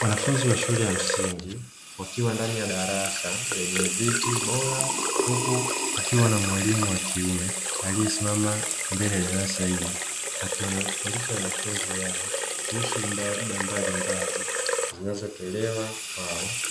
Wanafunzi wa shule ya msingi wakiwa ndani ya darasa lenye viti bora huku kukiwa na mwalimu wakiume aliyesimama mbele ya darasa hilo akiwa anawafundisha wanafunzi hao kuhusu mada mbalimbali zinazotolewa kwao